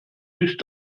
nicht